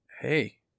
hey